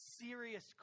serious